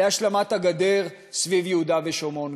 להשלמת הגדר סביב יהודה ושומרון.